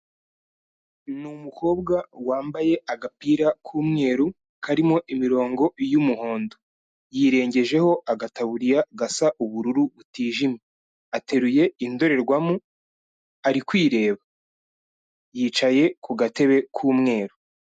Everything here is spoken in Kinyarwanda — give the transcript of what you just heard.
Ni umukobwa wambaye agapira k'umweru karimo imirongo y’umuhondo, yirengejeho agataburiya gasa ubururu butijimye ateruye indorerwamo ari kwireba yicaye ku gatebe k'umweru.